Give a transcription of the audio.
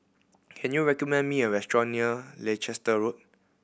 can you recommend me a restaurant near Leicester Road